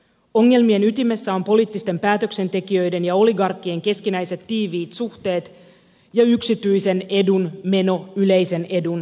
ongelmien ytimessä on poliittisten päätöksentekijöiden ja oligarkkien keskinäiset tiiviit suhteet ja yksityisen edun meno yleisen edun edelle